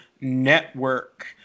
Network